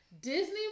Disney